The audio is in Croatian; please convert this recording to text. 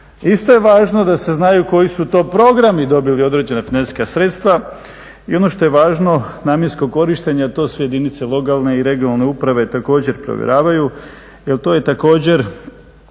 Isto je važno da se znaju koji su to programi dobili određena financijska sredstva i ono što je važno, namjensko korištenje, a to su jedinice lokalne i regionalne uprave, također provjeravaju jer to je također